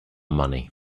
money